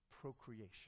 Procreation